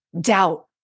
doubt